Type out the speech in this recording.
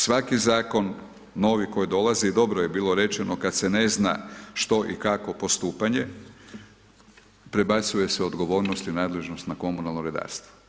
Svaki Zakon novi koji dolazi, dobro je bilo rečeno kad se ne zna što i kako postupanje, prebacuje se odgovornost i nadležnost na komunalno redarstvo.